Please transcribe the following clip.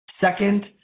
Second